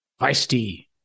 Feisty